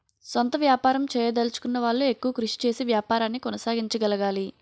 సొంత వ్యాపారం చేయదలచుకున్న వాళ్లు ఎక్కువ కృషి చేసి వ్యాపారాన్ని కొనసాగించగలగాలి